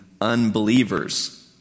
unbelievers